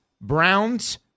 Browns